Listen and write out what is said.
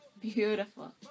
Beautiful